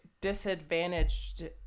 disadvantaged